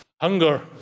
hunger